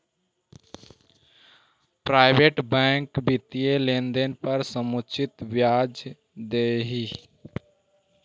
private bank वित्तीय लेनदेन पर समुचित ब्याज भी दे हइ